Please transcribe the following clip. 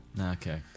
okay